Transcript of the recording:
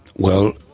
well,